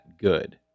good